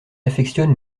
affectionne